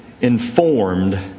informed